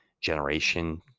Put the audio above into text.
generation